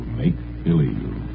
make-believe